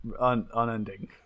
unending